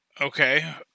Okay